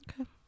Okay